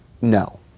no